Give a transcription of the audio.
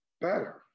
better